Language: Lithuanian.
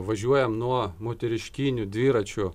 važiuojam nuo moteriškinių dviračių